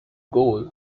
goal